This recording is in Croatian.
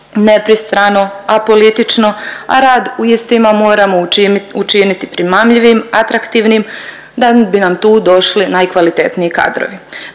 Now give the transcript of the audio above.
nepristrano, apolitično, a rad u istima moramo učiniti primamljivim, atraktivnim da bi nam tu došli najkvalitetniji kadrovi.